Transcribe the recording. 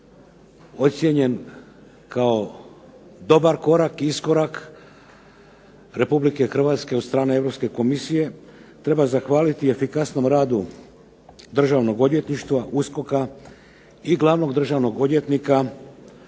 ocijenjen kao dobar korak, iskorak Republike Hrvatske od strane Europske Komisije. Treba zahvaliti efikasnom radu Državnog odvjetništva, USKOK-a, i glavnog državnog odvjetnika